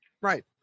Right